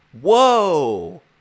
Whoa